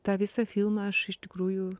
tą visą filmą aš iš tikrųjų